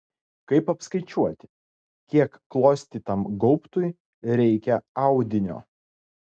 kaip apskaičiuoti kiek klostytam gaubtui reikia audinio